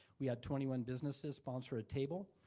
we had twenty one business that sponsor a table.